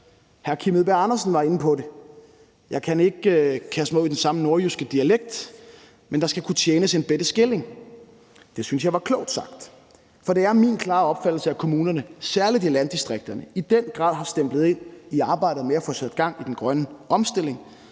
Hr. Kim Edberg Andersen var inde på det. Jeg kan ikke kaste mig ud i den samme nordjyske dialekt, men der skal kunne tjenes en bette skilling. Det synes jeg var klogt sagt, for det er min klare opfattelse, at kommunerne, særlig i landdistrikterne, i den grad har stemplet ind i arbejdet med at få sat gang i den grønne omstilling.